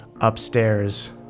upstairs